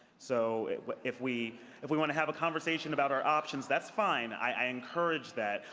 so if we if we want to have a conversation about our options, that's fine. i encourage that.